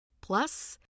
Plus